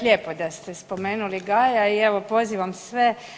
Lijepo da ste spomenuli Gaja i evo pozivam sve.